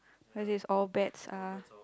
where this all bats ah